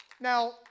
Now